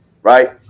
Right